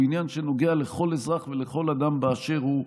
הוא עניין שנוגע לכל אזרח ולכל אדם באשר הוא,